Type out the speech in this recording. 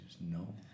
no